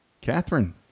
Catherine